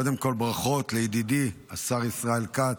קודם כול ברכות לידידי השר ישראל כץ.